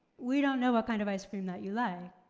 we don't know what kind of ice cream that you like,